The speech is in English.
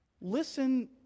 Listen